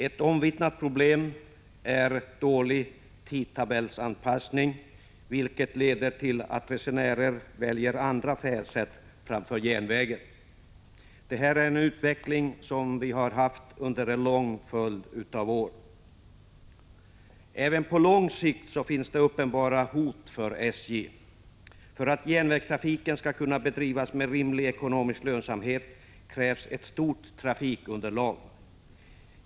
Ett omvittnat problem är dålig tidtabellsanpassning, vilket leder till att resenärer väljer andra färdsätt framför järnvägen. Det är en utveckling vi haft under en lång följd av år. Även på lång sikt finns det uppenbara hot för SJ. För att järnvägstrafiken skall kunna bedrivas med rimlig ekonomisk lönsamhet krävs ett stort trafikunderlag.